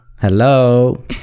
hello